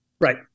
Right